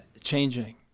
changing